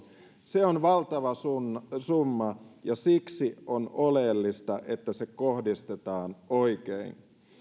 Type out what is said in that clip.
se on valtava summa summa ja siksi on oleellista että se kohdistetaan oikein